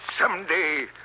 Someday